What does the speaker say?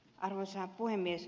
arvoisa puhemies